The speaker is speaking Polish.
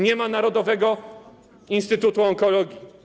Nie ma Narodowego Instytutu Onkologii.